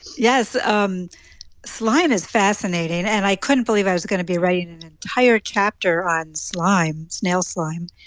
yes. um slime is fascinating. and i couldn't believe i was going to be writing an entire chapter on slime snail slime.